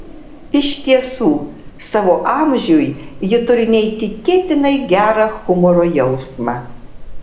iš tiesų savo amžiui ji turi neįtikėtinai gerą humoro jausmą